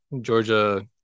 Georgia